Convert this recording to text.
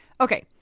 Okay